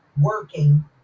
working